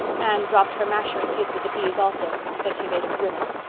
anne dropped her masher and tasted the peas also. then she made a grimace.